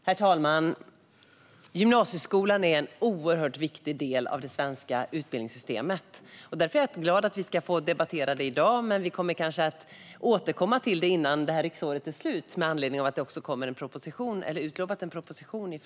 Herr talman! Gymnasieskolan är en oerhört viktig del av det svenska utbildningssystemet. Därför är jag glad att vi ska få debattera detta ämne i dag. Vi kommer kanske också att återkomma till detta innan riksmötet är slut, med tanke på att regeringen har utlovat en proposition.